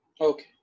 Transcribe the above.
Okay